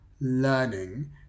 learning